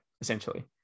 essentially